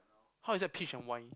how is that peach and wine